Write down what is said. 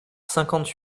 cinquante